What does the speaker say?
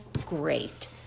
great